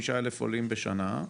עולים בשנה,